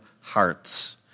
hearts